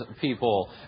people